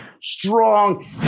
strong